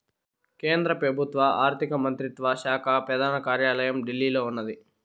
కేంద్ర పెబుత్వ ఆర్థిక మంత్రిత్వ శాక పెదాన కార్యాలయం ఢిల్లీలో ఉన్నాది